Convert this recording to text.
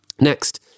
Next